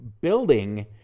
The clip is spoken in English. building